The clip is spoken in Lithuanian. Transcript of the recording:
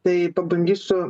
tai pabandysiu